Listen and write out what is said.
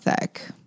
thick